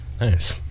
nice